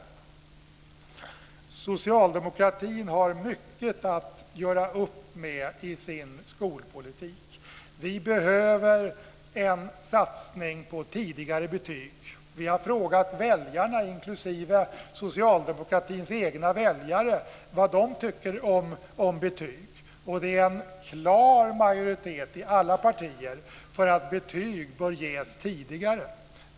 Socialdemokratin har mycket att göra upp med i sin skolpolitik. Vi behöver en satsning på tidigare betyg. Vi har frågat väljarna inklusive socialdemokratins egna väljare vad de tycker om betyg. Det är en klar majoritet i alla partier för att betyg bör ges tidigare.